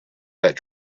that